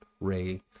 Ray